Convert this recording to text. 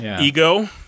Ego